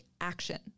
action